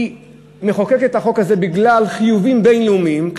מחוקקת את החוק הזה בגלל חיובים בין-לאומיים,